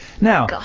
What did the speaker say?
Now